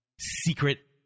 secret